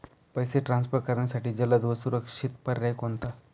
पैसे ट्रान्सफर करण्यासाठी जलद व सुरक्षित पर्याय कोणता?